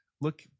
look